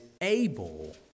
able